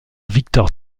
victor